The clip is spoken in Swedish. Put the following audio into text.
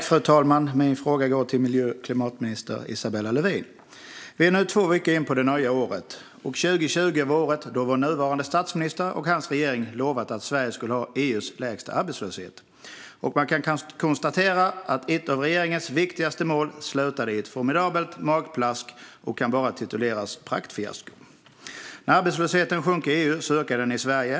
Fru talman! Min fråga går till miljö och klimatminister Isabella Lövin. Vi är nu två veckor in på det nya året. Vår nuvarande statsminister och hans regering hade lovat att Sverige 2020 skulle ha EU:s lägsta arbetslöshet. Man kan konstatera att ett av regeringens viktigaste mål slutade i ett formidabelt magplask och bara kan kallas praktfiasko. När arbetslösheten sjunker i EU ökar den i Sverige.